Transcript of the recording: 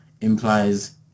implies